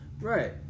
Right